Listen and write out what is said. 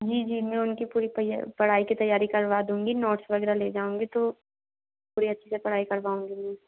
जी जी मैं उनकी पूरी तैया पढ़ाई की तैयारी करवा दूँगी नोट्स वग़ैरह ले जाऊँगी तो थोड़ी अच्छी से पढ़ाई कर करवाऊँगी मैम